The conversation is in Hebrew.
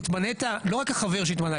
לא רק לחבר שהתמנה,